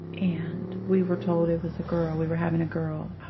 and we were told it was a girl, we were having a girl.